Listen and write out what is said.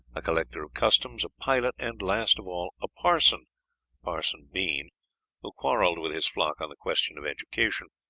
a collector of customs, a pilot, and last of all, a parson parson bean who quarrelled with his flock on the question of education.